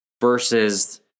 versus